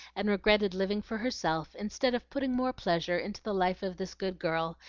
and regretted living for herself instead of putting more pleasure into the life of this good girl,